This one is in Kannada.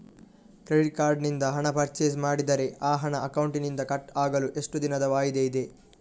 ಕ್ರೆಡಿಟ್ ಕಾರ್ಡ್ ನಿಂದ ಪರ್ಚೈಸ್ ಮಾಡಿದರೆ ಆ ಹಣ ಅಕೌಂಟಿನಿಂದ ಕಟ್ ಆಗಲು ಎಷ್ಟು ದಿನದ ವಾಯಿದೆ ಇದೆ?